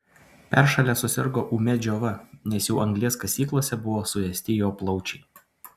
peršalęs susirgo ūmia džiova nes jau anglies kasyklose buvo suėsti jo plaučiai